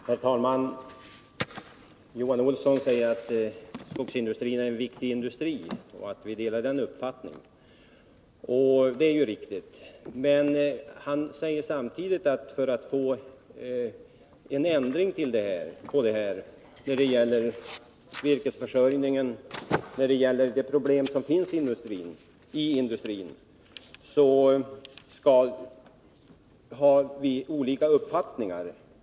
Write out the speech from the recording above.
Herr talman! Johan Olsson säger att skogsindustrin är en viktig industri och att vi är ense om det. Det är riktigt. Men i frågan hur man skall få en ändring till stånd när det gäller virkesförsörjningen och andra problem i skogsindustrin har vi olika uppfattningar.